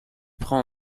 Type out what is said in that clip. prend